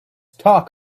talk